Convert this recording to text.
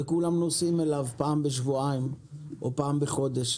וכולם נוסעים אליו פעם בשבועיים או פעם בחודש.